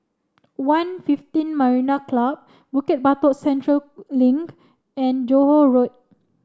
One Fifteen Marina Club Bukit Batok Central Link and Johore Road